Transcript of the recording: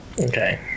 Okay